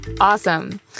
Awesome